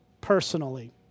personally